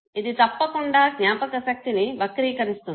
ఇది తప్పకుండా జ్ఞాపకశక్తిని వక్రీకరిస్తుంది